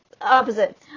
opposite